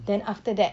then after that